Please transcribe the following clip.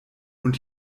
und